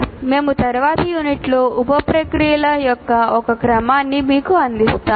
మేము తరువాతి యూనిట్లో ఉప ప్రక్రియల యొక్క ఒక క్రమాన్ని మీకు అందిస్తాము